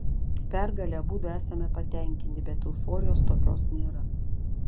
pergale abudu esame patenkinti bet euforijos tokios nėra